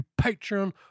Patreon